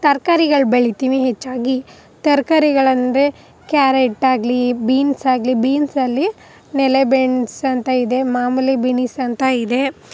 ತರ್ಕಾರಿಗಳು ಬೆಳಿತೀನಿ ಹೆಚ್ಚಾಗಿ ತರಕಾರಿಗಳಂದ್ರೆ ಕ್ಯಾರೆಟಾಗ್ಲಿ ಬೀನ್ಸಾಗಲಿ ಬೀನ್ಸ್ ಅಲ್ಲಿ ನೆಲೆ ಬೇನ್ಸ್ ಅಂತ ಇದೆ ಮಾಮೂಲಿ ಬಿನಿಸ್ ಅಂತ ಇದೆ